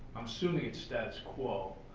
i'm assuming it's status quo.